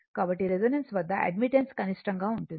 కాబట్టి రెసోనెన్స్ వద్ద అడ్మిటెన్స్ కనిష్టంగా ఉంటుంది